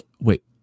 wait